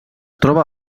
troba